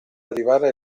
arrivare